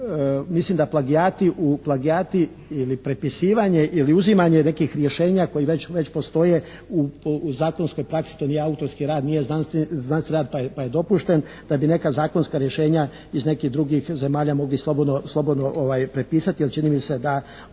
mislim da plagijati ili prepisivanje ili uzimanje nekih rješenja koji već postoje u zakonskoj praksi, to nije autorski rad, nije znanstveni rad pa je dopušten, da bi neka zakonska rješenja iz nekih drugih zemalja mogli slobodno prepisati, jer čini mi se da